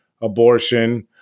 abortion